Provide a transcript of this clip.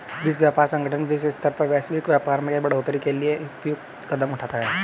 विश्व व्यापार संगठन विश्व स्तर पर वैश्विक व्यापार के बढ़ोतरी के लिए उपयुक्त कदम उठाता है